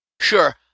Sure